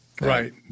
right